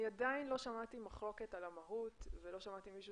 אני עדיין לא שמעתי מחלוקת על המהות ולא שמעתי מישהו